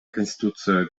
конституция